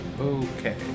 Okay